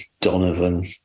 Donovan